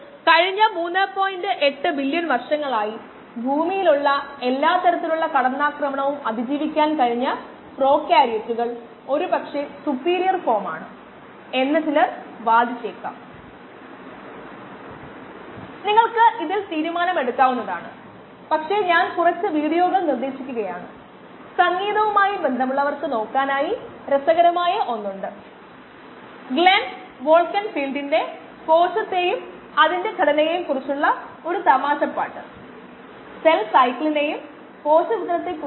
അടുത്ത പ്രഭാഷണം ആരംഭിക്കുമ്പോൾ നമ്മൾ മൊഡ്യൂൾ 3 മുന്നോട്ട് കൊണ്ടുപോകും